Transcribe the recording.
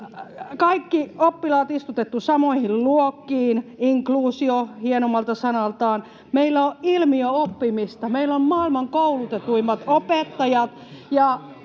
kaikki oppilaat istutettu samoihin luokkiin, inkluusio hienommalta sanaltaan, meillä on ilmiöoppimista, meillä on maailman koulutetuimmat opettajat,